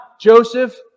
Joseph